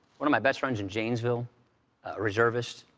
one of my best friends in janesville, a reservist,